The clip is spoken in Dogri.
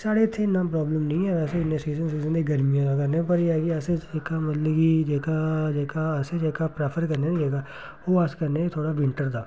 साढ़े इत्थें इन्ना प्राब्लम नेईं ऐ असें इन्ने सीजन दे गर्मियें दा करने पर एह् ऐ कि असें जेह्का मतलब कि जेह्का जेह्का असें जेह्का प्रैफर करने आं न जेह्ड़ा ओह् अस करने थोह्ड़ा विंटर दा